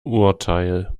urteil